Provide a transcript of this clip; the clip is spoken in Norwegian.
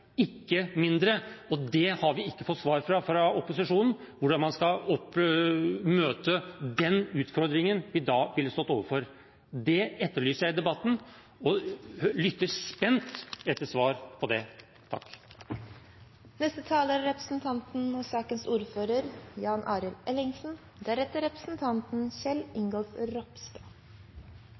ikke mindre – og vi har ikke fått svar fra opposisjonen på hvordan vi skal møte den utfordringen vi da ville stått overfor. Det etterlyser jeg i debatten og lytter spent etter svar på det. Dette ble jo en god debatt – og